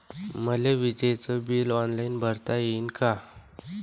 मले विजेच bill online भरता येईन का?